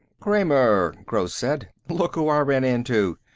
kramer, gross said. look who i ran into.